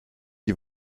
die